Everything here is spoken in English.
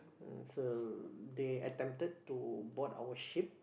mm so they attempted to board our ship